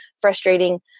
frustrating